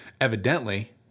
Evidently